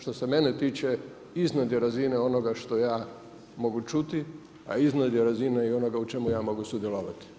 Što se mene tiče, iznad je razine onoga što ja mogu čuti, a ispod je razine i onoga u čemu ja mogu sudjelovati.